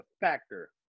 factor